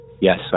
yes